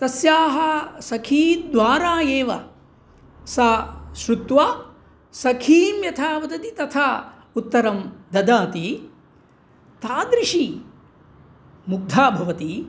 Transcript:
तस्याः सखीद्वारा एव सा श्रुत्वा सखीं यथा वदति तथा उत्तरं ददाति तादृशी मुग्धा भवति